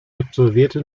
absolvierte